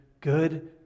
good